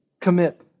commit